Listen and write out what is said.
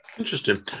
Interesting